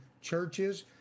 churches